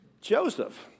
Joseph